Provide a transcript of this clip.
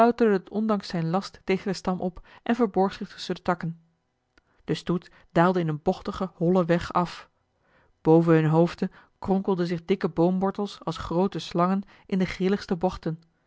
ondanks zijn last tegen den stam op en verborg zich tusschen de takken de stoet daalde in een bochtigen hollen weg af boven hunne hoofden kronkelden zich dikke boomwortels als groote slangen in de grilligste bochten